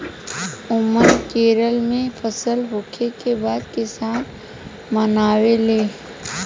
ओनम केरल में फसल होखे के बाद किसान मनावेले